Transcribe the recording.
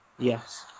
Yes